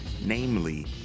namely